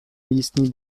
místní